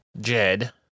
Jed